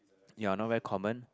ya not very common